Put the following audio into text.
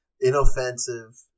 inoffensive